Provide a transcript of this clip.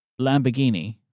Lamborghini